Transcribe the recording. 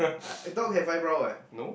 uh dog have eyebrow [what]